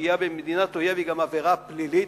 שהייה במדינת אויב היא גם עבירה פלילית,